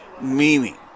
meaning